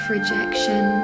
rejection